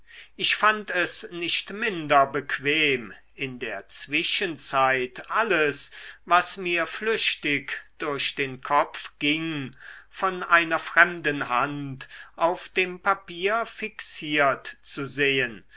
ich fand es nicht minder bequem in der zwischenzeit alles was mir flüchtig durch den kopf ging von einer fremden hand auf dem papier fixiert zu sehen